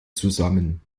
zusammen